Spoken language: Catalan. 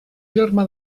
germà